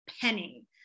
penny